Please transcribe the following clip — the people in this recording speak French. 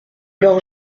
leurs